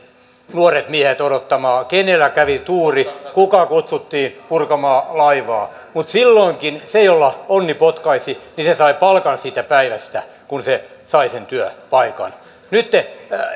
nuoret miehet odottamaan kenellä kävi tuuri kuka kutsuttiin purkamaan laivaa mutta silloinkin se jota onni potkaisi sai palkan siitä päivästä kun hän sai sen työpaikan nytten